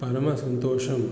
परम सन्तोषम्